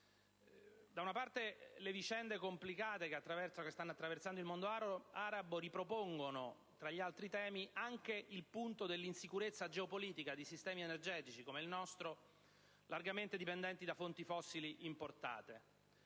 Da una parte, le vicende complicate che stanno attraversando il mondo arabo ripropongono, tra gli altri temi, anche il punto dell'insicurezza geopolitica di sistemi energetici come il nostro, largamente dipendenti da fonti fossili importate;